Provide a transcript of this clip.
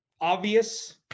obvious